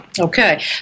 Okay